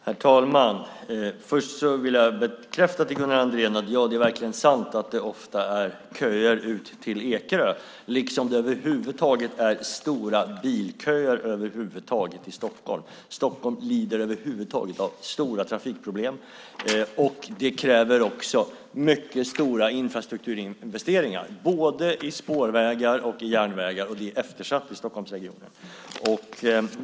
Herr talman! Först vill jag bekräfta det Gunnar Andrén sade. Ja, det är verkligen sant att det ofta är köer ut till Ekerö, liksom det över huvud taget är stora bilköer i Stockholm. Stockholm lider av stora trafikproblem. Det kräver mycket stora infrastrukturinvesteringar, både i spårvägar och i järnvägar, och det är eftersatt i Stockholmsregionen.